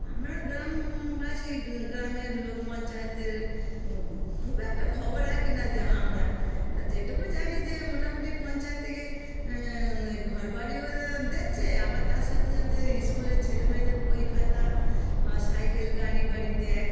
আমরা গ্রামবাসী গ্রামের লোক পঞ্চায়েতের খুব একটা খবর রাখি না যে আমরা তা যেটুকু জানি যে মোটামুটি পঞ্চায়েত থেকে ওই ঘর বাাড়িও দিচ্ছে আবার তার সাথে সাথে ওই স্কুলের ছেলেমেয়েদের বই খাতা বা সাইকেল গাড়ি বাড়ি দেয়